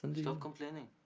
and stop complaining.